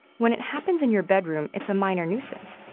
when it happens in your bedroom, it's a minor nuisance.